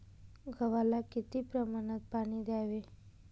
गव्हाला किती प्रमाणात पाणी द्यावे?